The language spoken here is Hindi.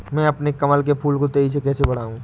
मैं अपने कमल के फूल को तेजी से कैसे बढाऊं?